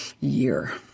year